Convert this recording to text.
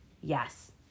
Yes